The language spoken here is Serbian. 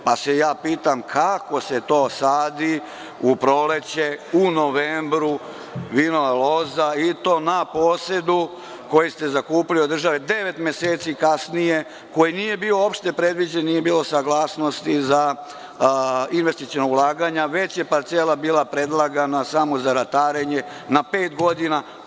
Pitam se kako se to sadi u proleće u novembru vinova loza i to na posedu koji ste zakupili od države devet meseci kasnije koji nije bio uopšte predviđen, nije bilo saglasnosti za investiciona ulaganja, već je parcela bila predlagana samo za ratarenje na pet godina.